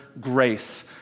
grace